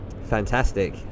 Fantastic